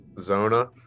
Zona